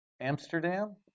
Amsterdam